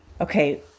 Okay